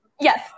Yes